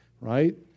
right